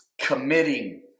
Committing